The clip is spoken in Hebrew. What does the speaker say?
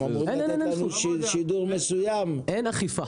אין אכיפה.